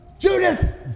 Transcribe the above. Judas